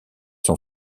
son